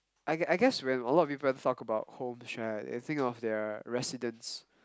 I gu~ guess when people talk about homes right they think of their residence